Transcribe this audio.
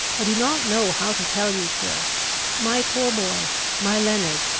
i do not know how to tell you, sir my poor boy, my leonard,